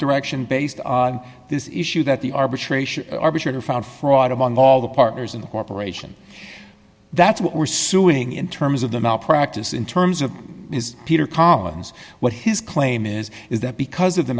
direction based on this issue that the arbitration arbitrator found fraud among all the partners in the corporation that's what we're suing in terms of the malpractise in terms of his peter collins what his claim is is that because of the